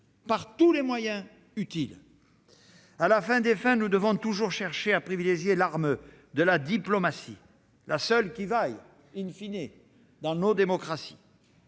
par tous les moyens utiles. À la fin des fins, nous devrons toujours chercher à privilégier l'arme de la diplomatie, la seule qui vaille dans nos démocraties.